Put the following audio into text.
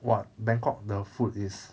!wah! bangkok the food is